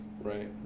Right